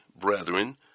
brethren